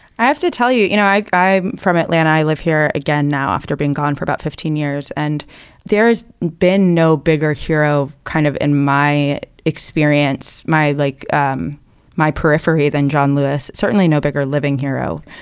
i have to tell you, you know, i guy from atlanta, i live here again now after being gone for about fifteen years. and there has been no bigger hero, kind of in my experience, my like um my periphery than john lewis. certainly no bigger living hero.